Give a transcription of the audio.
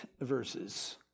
verses